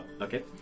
Okay